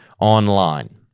online